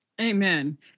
Amen